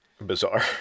Bizarre